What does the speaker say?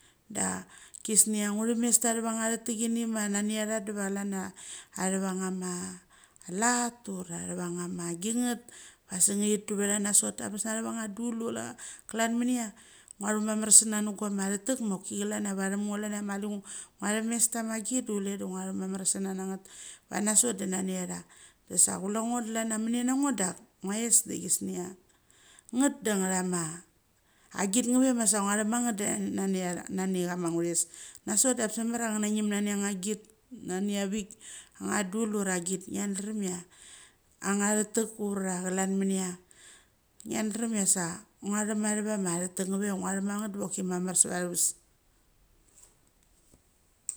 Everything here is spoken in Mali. Da chisnia ngu themes ta athava nga thetek chini nani atha diva klan chia athava ngama lat ura thava nga ma gingat va sik nge thi tlu vathatha nosat da angabes natharo dul ura klan minia. Ngua thu mamar sena na guama thetek choki klan chia vatham ngo klan chia mali ngua themes tama git de chule de ngua thumamar nangat diva na sot de nani atha sa chule ngo de klan itha menanango dak athoes dechisnia ngat dda angtha ma agit nge ma ngua chepma ngat diva nani atha nani chama athoes. Nosat de angebes mamar chia nge na ngim nani anga git nani avik anga. Dul ura anga git ngia drem chia anga thetet uva klan mania ngia drem chia sa ngua chap ma athava ma thetek ngeve ngoa chap ma nget choki mamar sevetha atheves.